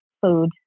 food